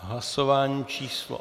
Hlasování číslo 8.